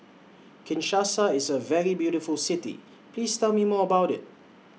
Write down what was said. Kinshasa IS A very beautiful City Please Tell Me More about IT